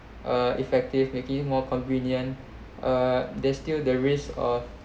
uh effective making it more convenient uh there's still the risk of